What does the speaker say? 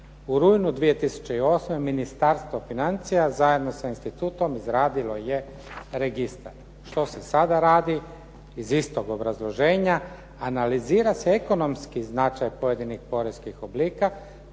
U rujnu 2008. Ministarstvo financija zajedno sa institutom izradilo je registar. Što se sada radi iz istog obrazloženja? Analizira se ekonomski značaj pojedinih poreskih oblika